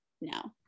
No